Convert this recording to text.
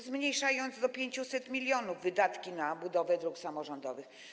Zmniejszacie do 500 mln wydatki na budowę dróg samorządowych.